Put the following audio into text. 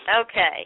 Okay